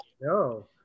no